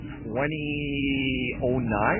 2009